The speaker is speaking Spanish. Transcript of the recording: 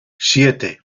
siete